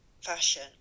fashion